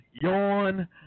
yawn